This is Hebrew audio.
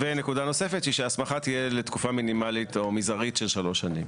ונקודה נוספת היא שההסמכה תהיה לתקופה מינימלית או מזערית של שלוש שנים.